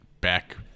back